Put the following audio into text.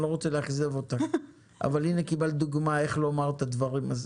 אני לא רוצה לאכזב אותך אבל הנה קיבלת דוגמה איך לומר את הדברים בקצרה,